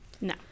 No